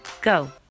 go